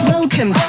Welcome